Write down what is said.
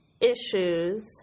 issues